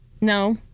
No